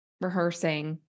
rehearsing